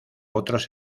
otros